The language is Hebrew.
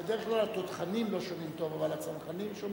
אבל הצנחנים שומעים.